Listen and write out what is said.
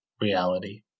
reality